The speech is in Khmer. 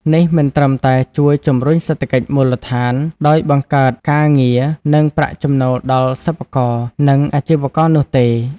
នេះមិនត្រឹមតែជួយ ជំរុញសេដ្ឋកិច្ចមូលដ្ឋាន ដោយបង្កើតការងារ និងប្រាក់ចំណូលដល់សិប្បករ និងអាជីវករនោះទេ។